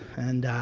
and